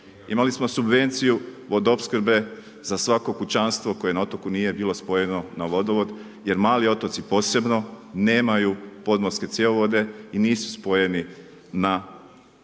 Imali smo subvenciju vodoopskrbe za svako kućanstvo koje na otoku nije bilo spojeno na vodovod jer mali otoci posebno nemaju podmorske cjevovode i nisu spojeni na vodovod